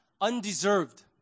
undeserved